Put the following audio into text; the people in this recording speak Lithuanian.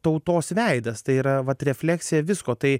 tautos veidas tai yra vat refleksija visko tai